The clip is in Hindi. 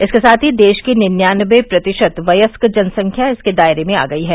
इसके साथ ही देश की निन्यानवे प्रतिशत वयस्क जनसंख्या इसके दायरे में आ गई है